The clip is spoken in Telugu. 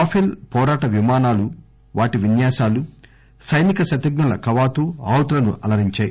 రాఫెల్ పోరాట విమానాలు విన్యాసాలు సైనిక శతజ్ఞుల కవాతు ఆహుతులను అలరించాయి